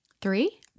three